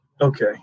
Okay